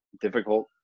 difficult